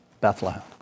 Bethlehem